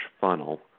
funnel